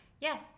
yes